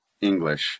English